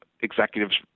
executives